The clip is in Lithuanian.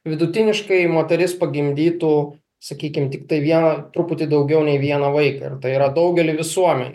vidutiniškai moteris pagimdytų sakykim tiktai vieną truputį daugiau nei vieną vaiką ir tai yra daugely visuomenių